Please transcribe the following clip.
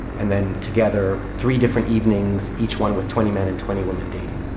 and then together three different evenings, each one with twenty men and twenty women dating.